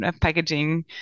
packaging